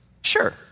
Sure